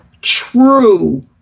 true